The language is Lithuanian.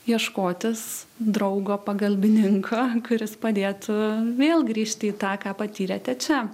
ieškotis draugo pagalbininko kuris padėtų vėl grįžti į tą ką patyrėte čia